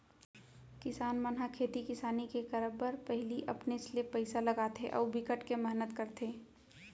किसान मन ह खेती किसानी के करब बर पहिली अपनेच ले पइसा लगाथे अउ बिकट के मेहनत करथे